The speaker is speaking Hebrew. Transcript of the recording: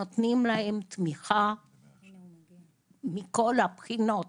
נותנים להם תמיכה מכל הבחינה.